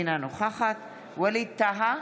אינה נוכחת ווליד טאהא,